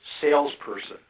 salesperson